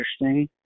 interesting